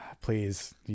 Please